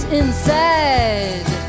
inside